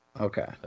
Okay